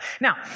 Now